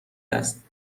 است